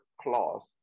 clause